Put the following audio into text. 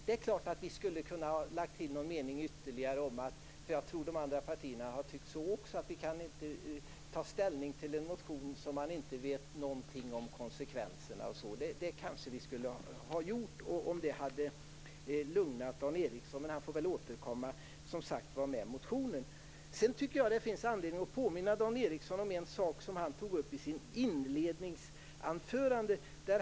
Det är klart att vi kunde ha lagt till ytterligare någon mening, för jag tror att de andra partierna också har tyckt så, om att vi inte kan ta ställning till en motion där man inte vet någonting om konsekvenserna. Det skulle vi kanske ha gjort, om det nu hade lugnat Dan Ericsson. Men han får väl som sagt återkomma med motionen. Sedan tycker jag att det finns anledning att påminna Dan Ericsson om en sak som han tog upp i sitt inledningsanförande.